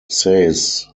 says